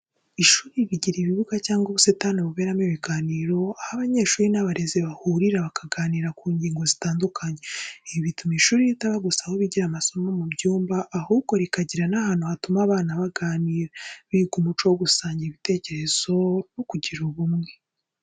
Ishuri rigira ibibuga cyangwa ubusitani buberamo ibiganiro, aho abanyeshuri n'abarezi bahurira bakaganira ku ngingo zitandukanye. Ibi bituma ishuri ritaba gusa aho bigira amasomo mu byumba, ahubwo rikagira n'ahantu hatuma abana baganira, biga umuco wo gusangira ibitekerezo no kugira ubumwe.